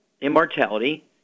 Immortality